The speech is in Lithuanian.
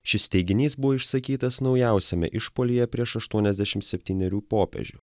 šis teiginys buvo išsakytas naujausiame išpuolyje prieš aštuoniasdešim sptynerių popiežių